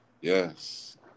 Yes